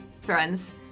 friends